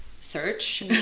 search